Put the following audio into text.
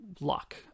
luck